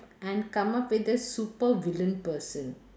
and come out with a super villain person